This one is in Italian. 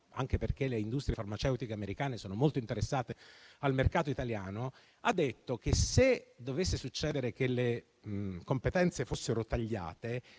anche perché le industrie farmaceutiche americane sono molto interessate al mercato italiano, ha affermato che, se dovesse succedere che le competenze fossero tagliate,